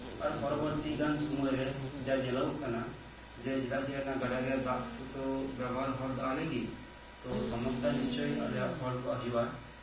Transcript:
ᱟᱨ ᱯᱚᱨᱚᱵᱚᱨᱛᱤ ᱜᱟᱱ ᱥᱚᱢᱚᱭᱨᱮ ᱡᱟ ᱧᱮᱞᱚᱜᱚᱜ ᱠᱟᱱᱟ ᱡᱮ ᱪᱮᱫᱟᱜ ᱡᱮ ᱜᱟᱰᱟ ᱨᱮᱭᱟᱜ ᱫᱟᱜ ᱠᱚ ᱵᱮᱵᱚᱦᱟᱨ ᱦᱚᱲ ᱫᱚ ᱟᱞᱮ ᱜᱮ ᱛᱚ ᱥᱚᱢᱚᱥᱥᱟ ᱱᱤᱥᱪᱳᱭ ᱟᱞᱮ ᱦᱚᱲ ᱠᱚᱣᱟᱜ ᱦᱩᱭᱩᱜᱼᱟ